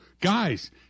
guys